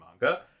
manga